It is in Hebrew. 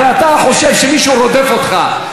הרי אתה חושב שמישהו רודף אותך.